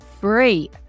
free